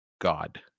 god